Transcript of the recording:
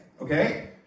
Okay